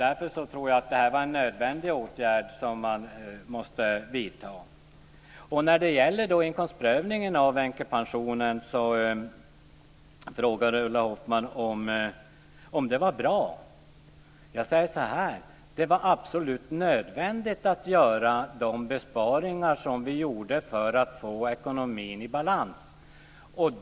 Därför tror jag att det var en nödvändig åtgärd att vidta. Sedan frågar Ulla Hoffmann om inkomstprövningen för änkepensionen var bra. Jag säger så här: Det var absolut nödvändigt att göra de besparingar som vi gjorde för att få ekonomin i balans.